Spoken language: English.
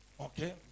Okay